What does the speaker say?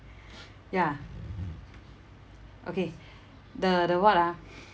ya okay the the what ah